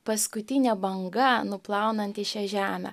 paskutinė banga nuplaunanti šią žemę